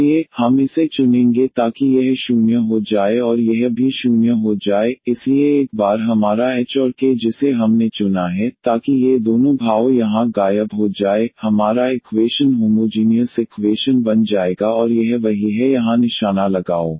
इसलिए हम इसे चुनेंगे ताकि यह 0 हो जाए और यह भी 0 हो जाए इसलिए एक बार हमारा h और k जिसे हमने चुना है ताकि ये दोनों भाव यहां गायब हो जाए हमारा इक्वेशन होमोजीनियस इक्वेशन बन जाएगा और यह वही है यहाँ निशाना लगाओ